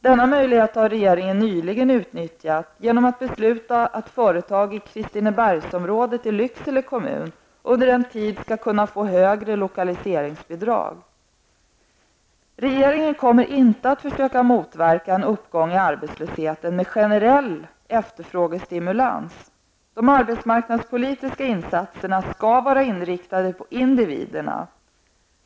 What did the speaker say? Denna möjlighet har regeringen nyligen utnyttjat genom att besluta att företag i Kristinebergsområdet i Lycksele kommun under en tid skall kunna få högre lokaliseringsbidrag. Regeringen kommer inte att försöka motverka en uppgång i arbetslösheten med generell efterfrågestimulans. De arbetsmarknadspolitiska insatserna skall vara inriktade på individerna.